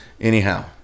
anyhow